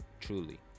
Truly